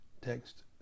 text